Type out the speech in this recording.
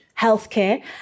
healthcare